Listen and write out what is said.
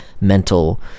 mental